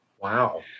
Wow